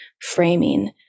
framing